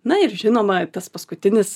na ir žinoma tas paskutinis